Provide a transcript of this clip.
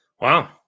Wow